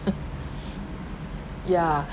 yeah